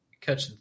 catch